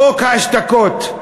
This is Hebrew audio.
חוק ההשתקות.